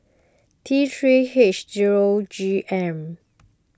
T three H zero G M